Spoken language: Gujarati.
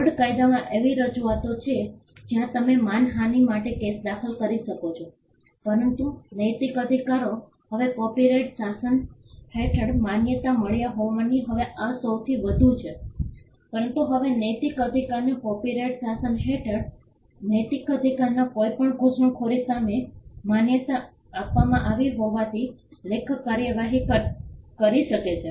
ટોર્ટ કાયદામાં એવી જોગવાઈઓ છે કે જ્યાં તમે માનહાનિ માટે કેસ દાખલ કરી શકો છો પરંતુ નૈતિક અધિકારો હવે કોપિરાઇટ શાસન હેઠળ માન્યતા મળ્યા હોવાથી હવે આ સૌથી વધુ છે પરંતુ હવે નૈતિક અધિકારને કોપિરાઇટ શાસન હેઠળ નૈતિક અધિકારના કોઈપણ ઘુસણખોરી સામે માન્યતા આપવામાં આવી હોવાથી લેખક કાર્યવાહી કરી શકે છે